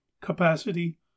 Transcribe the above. capacity